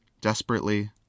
desperately